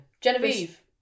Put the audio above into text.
Genevieve